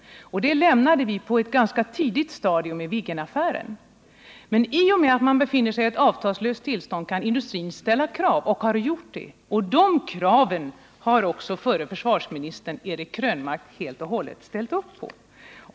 Det systemet lämnade vi på ett ganska tidigt stadium i Viggenaffären. I och med detta avtalslösa tillstånd kan alltså industrin ställa krav, vilket man också har gjort. Dessa krav har också förre försvarsministern Eric Krönmark ställt upp på.